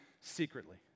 secretly